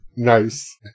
Nice